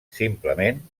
simplement